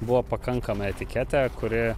buvo pakankama etiketė kuri